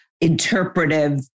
interpretive